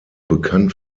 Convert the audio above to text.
bekannt